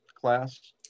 class